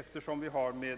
Nu har sålunda